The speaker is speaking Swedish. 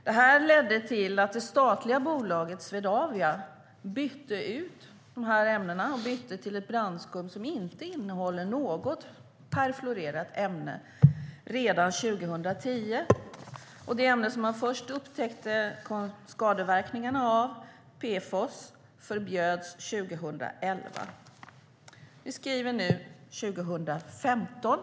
Detta ledde till att det statliga bolaget Swedavia redan 2010 bytte ut dessa ämnen och bytte till ett brandskum som inte innehåller något perfluorerat ämne. Det ämne som man först upptäckte skadeverkningar av, PFOS, förbjöds 2011. Vi skriver nu 2015.